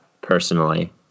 personally